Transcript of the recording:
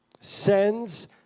sends